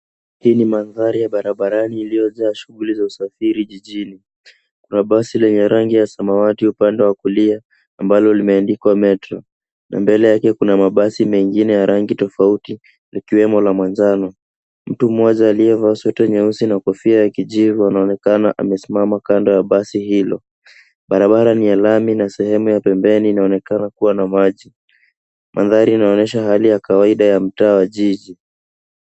Hii ni mandhari ya barabarani iliyojaa shughuli za usafiri jijini. Kuna basi lenye rangi ya samawati upande wa kulia ambalo limeandikwa Metro na mbele yake kuna mabasi mengine ya rangi tofauti likiwemo la manjano. Mtu mmoja aliyevaa sweta nyeusi na kofia ya kijivu anaonekana amesimama kando ya basi hilo. Barabara ni ya lami na sehemu ya pembeni inaonekana kuwa na maji. Mandhari inaonyesha hali ya kawaida ya mtaa wa jiji.